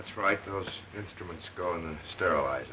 that's right those instruments go in the sterilize